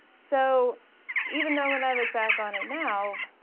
so even though when i look back on it now,